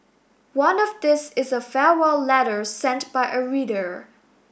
one of these is a farewell letter sent by a reader